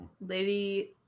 Lady